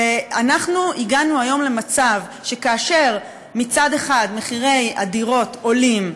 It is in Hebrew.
אנחנו הגענו היום למצב שכאשר מצד אחד מחירי הדירות עולים,